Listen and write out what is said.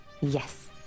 Yes